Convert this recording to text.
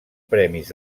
premis